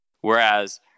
Whereas